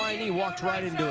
like and he walked right into